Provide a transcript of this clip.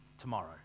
tomorrow